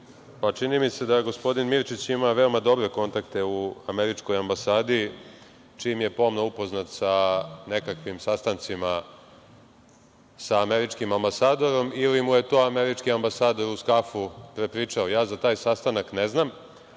mi se da gospodin Mirčić ima veoma dobre kontakte u američkoj ambasadi, čim je pomno upoznat sa nekakvim sastancima sa američkim ambasadorom. Ili mu je to američki ambasador uz kafu prepričao? Ja za taj sastanak ne znam.